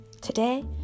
Today